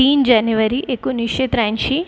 तीन जानेवारी एकोणीसशे त्र्याऐंशी